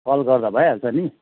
call गर्दा भइहाल्छ नि